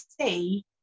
see